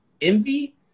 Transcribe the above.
envy